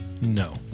No